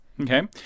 Okay